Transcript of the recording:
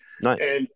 Nice